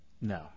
No